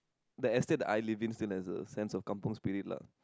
that estate that I live in still has a sense of kampung Spirit lah